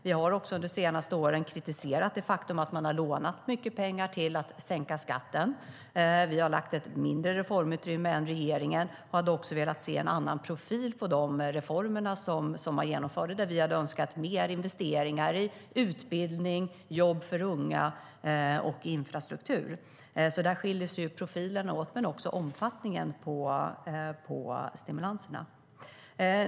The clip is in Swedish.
Vi har också under de senaste åren kritiserat det faktum att man har lånat mycket pengar till att sänka skatten. Vi har lagt ett mindre reformutrymme än vad regeringen hade. Vi hade också velat se en annan profil på de reformer som man genomförde. Vi hade önskat mer investeringar i utbildning, jobb för unga och infrastruktur. Där skiljer sig profilerna åt men också omfattningen på stimulanserna.